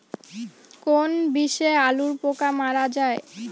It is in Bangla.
কোন বিষে আলুর পোকা মারা যায়?